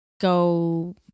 go